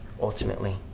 ultimately